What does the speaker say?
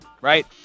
right